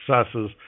successes